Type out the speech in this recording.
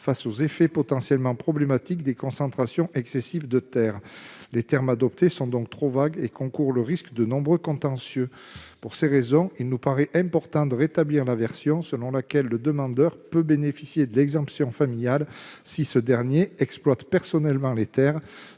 face aux effets potentiellement problématiques d'une concentration excessive des terres. Les termes adoptés sont donc trop vagues et nous exposent à de nombreux contentieux. Pour ces raisons, il nous paraît important de rétablir la version selon laquelle le demandeur peut bénéficier de l'exemption familiale s'il exploite personnellement les terres